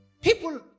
people